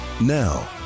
Now